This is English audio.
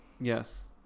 yes